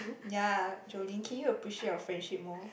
ya Joelyn can you appreciate our friendship more